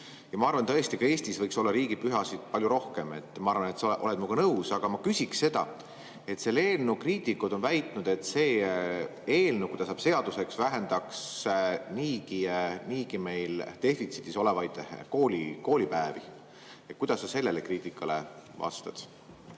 Ma arvan tõesti, et ka Eestis võiks olla riigipühasid palju rohkem, ja küllap sa oled minuga nõus. Aga ma küsiksin selle kohta, et eelnõu kriitikud on väitnud, et see eelnõu, kui ta saaks seaduseks, vähendaks meil niigi defitsiidis olevaid koolipäevi. Kuidas sa sellele kriitikale vastad?